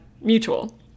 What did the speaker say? mutual